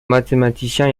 mathématicien